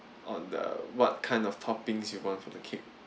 on the what kind of toppings you want for the cake